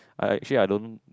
I I actually I don't